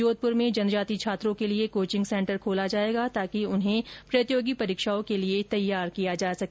जोधपुर में जनजाति छात्रों के लिये कोचिंग सेन्टर खोला जाएगा ताकि उन्हें प्रतियोगी परीक्षाओं के लिए तैयार किया जा सके